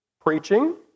Preaching